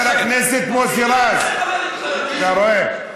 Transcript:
חבר הכנסת מוסי רז, אתה רואה?